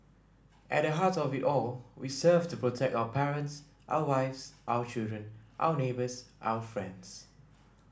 at the heart of it all we serve to protect our parents our wives our children our neighbours our friends